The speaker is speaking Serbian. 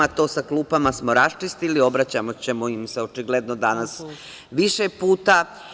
To sa klupama smo raščistili, obraćaćemo im se očigledno danas više puta.